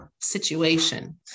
situation